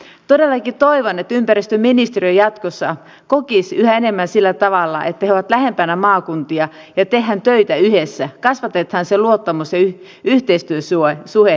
todellakin toivon että ympäristöministeriö jatkossa kokisi yhä enemmän sillä tavalla että he ovat lähempänä maakuntia ja että tehdään töitä yhdessä kasvatetaan se luottamus ja yhteistyösuhde yhdessä